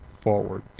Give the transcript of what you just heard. forward